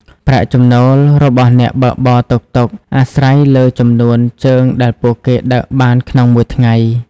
ប្រាក់ចំណូលរបស់អ្នកបើកបរតុកតុក អាស្រ័យលើចំនួនជើងដែលពួកគេដឹកបានក្នុងមួយថ្ងៃ។